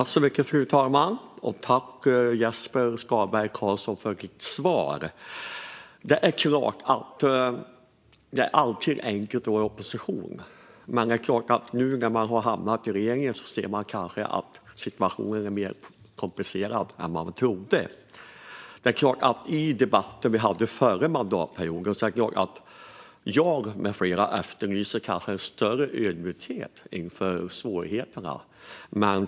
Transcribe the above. Fru talman! Tack, Jesper Skalberg Karlsson, för ditt svar! Det är förstås alltid enkelt att vara i opposition, men nu när man har hamnat i regeringen ser man kanske att situationen är mer komplicerad än vad man trodde. Med tanke på debatten under förra mandatperioden efterlyser jag med flera kanske en större ödmjukhet inför svårigheterna.